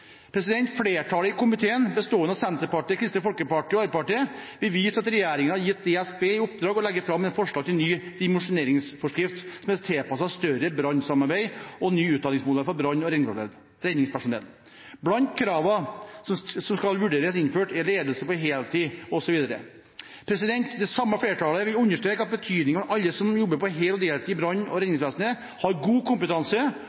prosess. Flertallet i komiteen, bestående av Senterpartiet, Kristelig Folkeparti og Arbeiderpartiet, vil vise til at regjeringen har gitt DSB i oppdrag å legge fram forslag til ny dimensjoneringsforskrift som er tilpasset et større brannsamarbeid, og ny utdanningsmodell for brann- og redningspersonell. Blant kravene som skal vurderes innført, er ledelse på heltid for brannsjef osv. Det samme flertallet vil understreke betydningen av at alle som jobber heltid og deltid i brann- og redningsvesenet, har god kompetanse